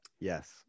Yes